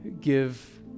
give